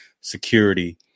security